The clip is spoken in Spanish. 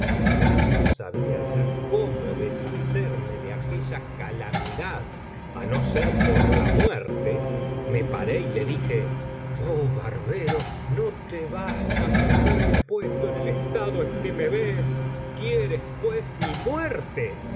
que no sabía ya cómo deshacerme de aquella calamidad á no ser por la muerte me paré y le dije oh barbero no te basta con haberme puesto en el estado en que me ves quieres pues mi muerte